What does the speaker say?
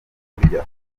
kurya